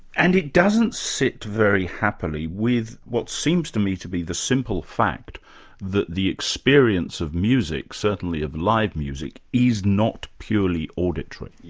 and it doesn't sit very happily with what seems to me to be the simple fact that the experience of music, certainly of live music, is not purely auditory. yeah